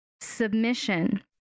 submission